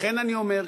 לכן אני אומר,